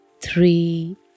three